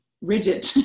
rigid